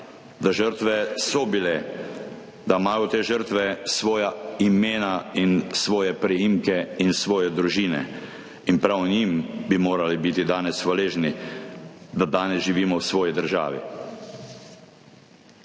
da žrtve so bile, da imajo te žrtve svoja imena in svoje priimke in svoje družine. In prav njim bi morali biti danes hvaležni, da danes živimo v svoji državi.«